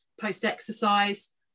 post-exercise